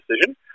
decision